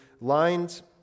lines